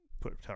put